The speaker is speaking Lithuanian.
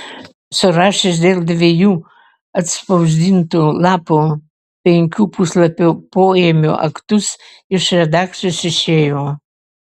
surašęs dėl dviejų atspausdintų lapų penkių puslapių poėmio aktus iš redakcijos išėjo